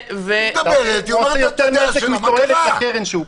היא מדברת --- הוא עושה יותר נזק מתועלת לקרן כשהוא פה.